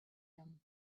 him